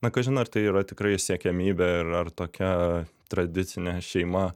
na kažin ar tai yra tikrai siekiamybė ir ar tokia tradicinė šeima